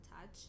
touch